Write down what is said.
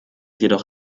jedoch